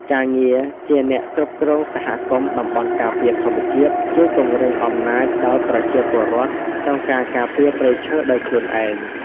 ការងារជាអ្នកគ្រប់គ្រងសហគមន៍តំបន់ការពារធម្មជាតិ ជួយពង្រឹងអំណាចដល់ប្រជាពលរដ្ឋក្នុងការការពារព្រៃឈើដោយខ្លួនឯង។